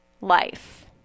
life